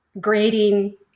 grading